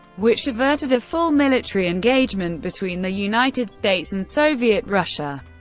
which averted a full military engagement between the united states and soviet russia.